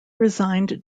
resigned